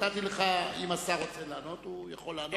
נתתי לך, אבל אם השר רוצה לענות, הוא יכול לענות.